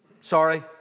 Sorry